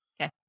Okay